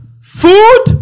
food